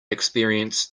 experience